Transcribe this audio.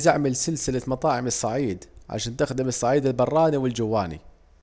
عايز اعمل سلسلة مطاعم الصعيد، عشان تخدم الصعيد البراني والجواني